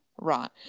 right